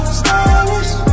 stylish